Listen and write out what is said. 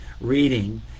reading